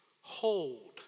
hold